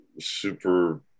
super